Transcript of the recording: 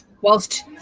whilst